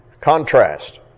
Contrast